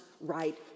right